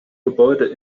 gebäude